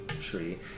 tree